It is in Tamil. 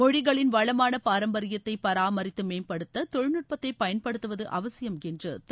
மொழிகளின் வளமான பாரம்பரியத்தை பராமரித்து மேம்படுத்த தொழில்நுட்பத்தை பயன்படுத்துவது அவசியம் என்றும் திரு